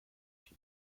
she